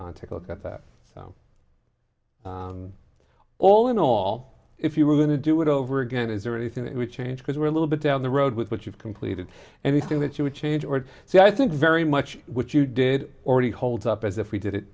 on take a look at that all in all if you were going to do it over again is there anything that would change because we're a little bit down the road with what you've completed anything that you would change or so i think very much which you did already holds up as if we did it